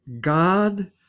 God